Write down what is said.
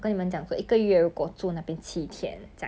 ya she say she want stay there he can stay our house for the three weeks